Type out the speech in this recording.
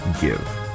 give